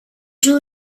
joue